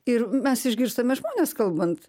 ir mes išgirstame žmones kalbant